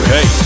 Hey